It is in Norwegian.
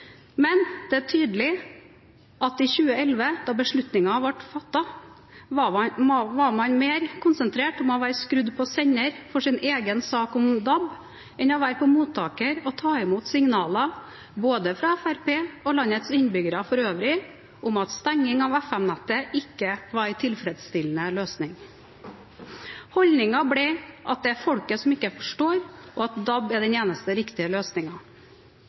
Men det er tydelig at i 2011, da beslutningen ble fattet, var man mer konsentrert om å være skrudd på sender for sin egen sak om DAB enn å være på mottaker og ta imot signaler både fra Fremskrittspartiet og fra landets innbyggere for øvrig om at stenging av FM-nettet ikke var en tilfredsstillende løsning. Holdningen ble at det er folket som ikke forstår, og at DAB er den eneste riktige